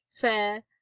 fair